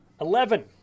Eleven